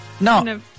no